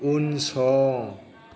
उनसं